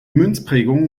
münzprägung